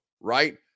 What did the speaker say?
right